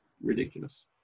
ridiculous